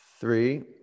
three